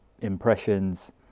impressions